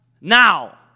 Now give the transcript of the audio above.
now